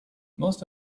most